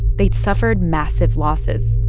they'd suffered massive losses.